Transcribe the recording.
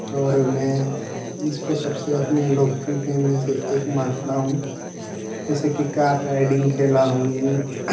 और मैं इसको सबसे अपने लोकप्रिय गेम में से एक मानता हूँ जैसे कि कार राइडिन्ग खेला हूँ